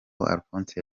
alphonse